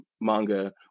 manga